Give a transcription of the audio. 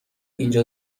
اینجا